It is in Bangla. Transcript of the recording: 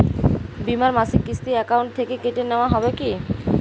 বিমার মাসিক কিস্তি অ্যাকাউন্ট থেকে কেটে নেওয়া হবে কি?